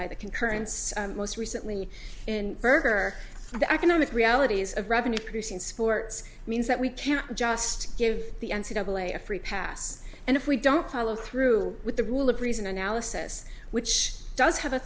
by the concurrence most recently in berger the economic realities of revenue producing sports means that we can't just give the n c double a a free pass and if we don't follow through with the rule of reason analysis which does have a